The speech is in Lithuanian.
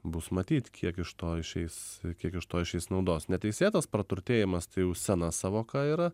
bus matyt kiek iš to išeis kiek iš to išeis naudos neteisėtas praturtėjimas tai jau sena sąvoka yra